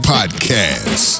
Podcast